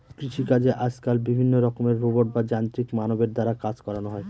কৃষিকাজে আজকাল বিভিন্ন রকমের রোবট বা যান্ত্রিক মানবের দ্বারা কাজ করানো হয়